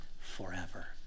forever